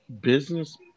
business